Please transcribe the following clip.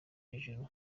hejuru